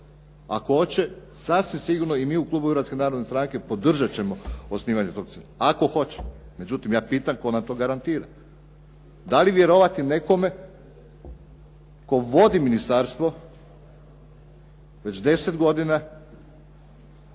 Ako hoće sasvim sigurno i mi u klubu Hrvatske narodne stranke podržat ćemo osnivanje tog centra, ako hoće. Međutim, ja pitam tko nam to garantira. Da li vjerovati nekome tko vodi ministarstvo već deset godina